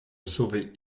sauver